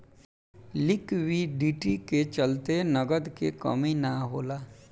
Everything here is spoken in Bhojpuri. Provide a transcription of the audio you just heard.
लिक्विडिटी के चलते नगद के कमी ना होला